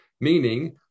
meaning